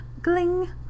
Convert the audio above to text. Gling